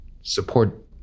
support